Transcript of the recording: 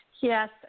Yes